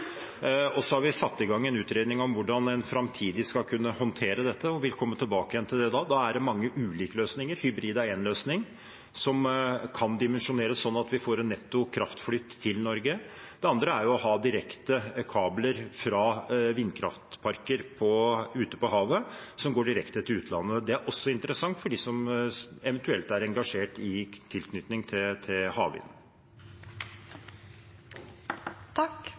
og så har vi satt i gang en utredning om hvordan en framtidig skal kunne håndtere dette, og vil komme tilbake igjen til det. Da er det mange ulike løsninger. Hybrid er én løsning, som kan dimensjoneres slik at vi får en netto kraftflyt til Norge. Det andre er å ha direkte kabler fra vindkraftparker ute på havet, som går direkte til utlandet. Det er også interessant for dem som eventuelt er engasjert i tilknytning til